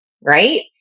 right